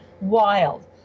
wild